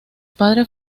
padres